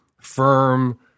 firm